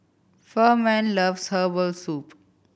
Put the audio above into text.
Furman loves herbal soup